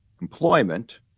employment